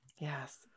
Yes